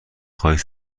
خواهید